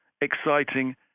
exciting